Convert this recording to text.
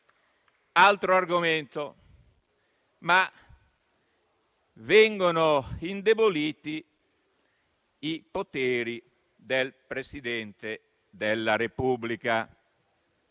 altro argomento è che vengono indeboliti i poteri del Presidente della Repubblica: